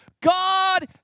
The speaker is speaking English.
God